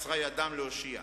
קצרה ידם להושיע.